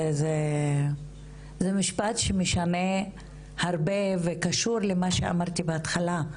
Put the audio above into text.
זה משפט שמשנה הרבה וקשור למה שאמרתי בהתחלה.